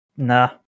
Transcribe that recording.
Nah